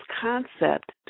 concept